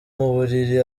mubiri